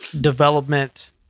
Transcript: development